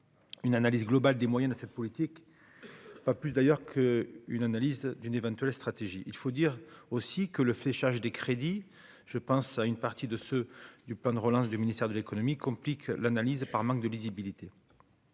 une analyse globale des moyens de cette politique, pas plus d'ailleurs que une analyse d'une éventuelle stratégie il faut dire aussi que le fléchage des crédits, je pense à une partie de ceux du plan de relance du ministère de l'Économie complique l'analyse par manque de lisibilité